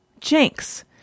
Jinx